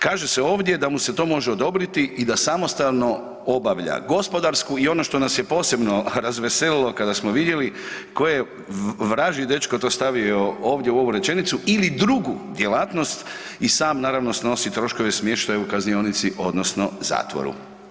Kaže se ovdje da mu se to može odobriti i da samostalno obavlja gospodarsku, i ono što nas je posebno razveselilo kada smo vidjeli, koji je vražji dečko to stavio ovdje u ovu rečenicu, ili drugu djelatnost i sam naravno snosi troškove smještaja u kaznionici odnosno zatvoru.